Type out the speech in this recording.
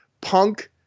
Punk